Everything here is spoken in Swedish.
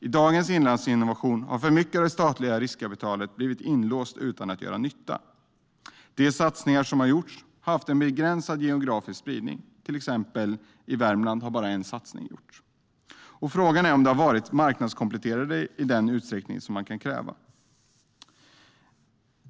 I dagens Inlandsinnovation har för mycket av det statliga riskkapitalet blivit inlåst utan att göra nytta. De satsningar som har gjorts har haft en begränsad geografisk spridning. I Värmland, till exempel, har bara en satsning gjorts. Frågan är om det har varit marknadskompletterande i den utsträckning som man kan kräva.